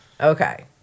Okay